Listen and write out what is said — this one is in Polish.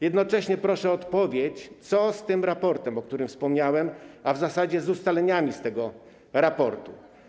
Jednocześnie proszę o odpowiedź, co z tym raportem, o którym wspomniałem, a w zasadzie z ustaleniami z tego raportu.